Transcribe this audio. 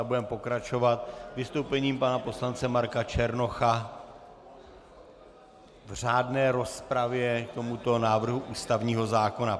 Budeme pokračovat vystoupením pana poslance Marka Černocha v řádné rozpravě k tomuto návrhu ústavního zákona.